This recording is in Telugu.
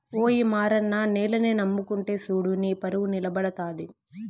ఓయి మారన్న నేలని నమ్ముకుంటే సూడు నీపరువు నిలబడతది